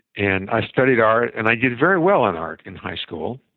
and i studied art, and i did very well in art in high school.